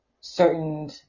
certain